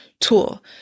tool